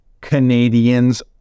Canadians